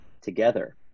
together